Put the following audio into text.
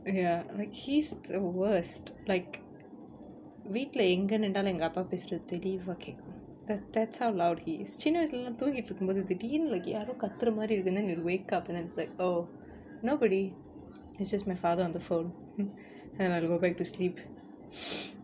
ya like he's the worst like வீட்டுல எங்க நின்டாலும் எங்க அப்பா பேசுறது தெளிவா கேக்கும்:veetula enga nindaalum enga appaa pesurathu thelivaa kaekkum that that's how loud he is சின்ன வயசுல எல்லாம் தூங்கிட்டு இருக்கும் போது திடீர்னு யாரோ கத்துற மாரி இருக்கும்:chinna vayasula ellam thoongittu irukkum pothu thideernu yaaro kathura maari irukkum and then you'll wake up and it's like oh nobody it's just my father on the phone and I'll go back to sleep